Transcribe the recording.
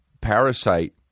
Parasite